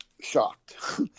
shocked